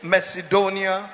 Macedonia